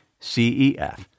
CEF